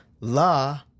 La